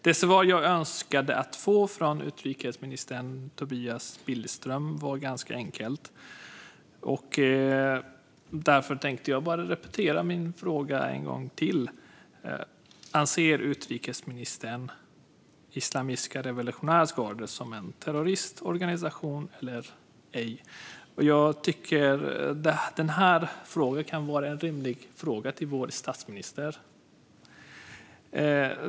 Det svar jag önskade få av utrikesminister Tobias Billström var ganska enkelt, och därför upprepar jag min fråga: Anser utrikesministern att Islamiska revolutionsgardet är en terroristorganisation eller inte? Detta kan vara en rimlig fråga också till vår statsminister.